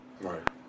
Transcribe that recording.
Right